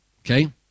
Okay